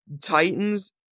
Titans